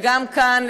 וגם כאן,